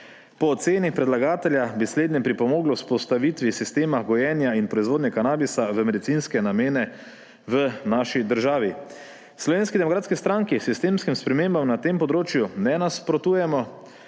Po oceni predlagatelja bi slednje pripomoglo k vzpostavitvi sistema gojenja in proizvodnje kanabisa v medicinske namene v naši državi. V Slovenski demokratski stranki sistemskim spremembam na tem področju ne nasprotujemo,